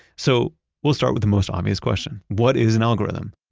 so we'll start with the most obvious question, what is an algorithm?